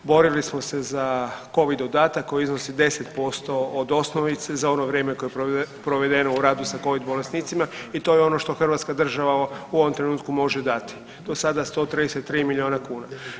Borili smo se za Covid dodatak koji iznosi 10% od osnovice za ono vrijeme koje je provedeno u radu sa Covid bolesnicima i to je ono što Hrvatska država u ovom trenutku može dati do sada 133 miliona kuna.